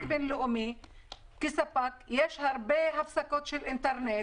בין-לאומי כספק יש הרבה הפסקות של אינטרנט